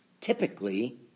Typically